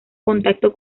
contacto